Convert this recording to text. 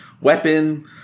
weapon